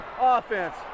Offense